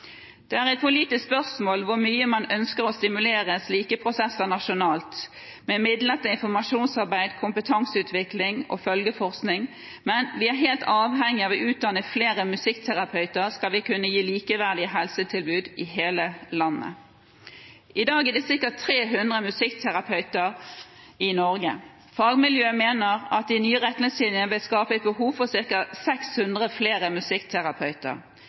Det er et politisk spørsmål hvor mye man ønsker å stimulere slike prosesser nasjonalt med midler til informasjonsarbeid, kompetanseutvikling og følgeforskning, men vi er helt avhengig av å utdanne flere musikkterapeuter, skal vi kunne gi likeverdige helsetilbud i hele landet. I dag er det ca. 300 musikkterapeuter i Norge. Fagmiljøet mener at de nye retningslinjene vil skape et behov for ca. 600 flere musikkterapeuter,